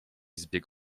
zbieg